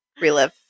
relive